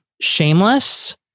shameless